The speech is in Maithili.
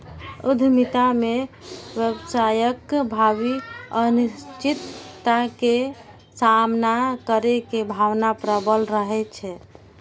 उद्यमिता मे व्यवसायक भावी अनिश्चितता के सामना करै के भावना प्रबल रहै छै